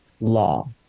law